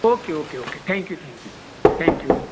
okay okay okay thank you thank you thank you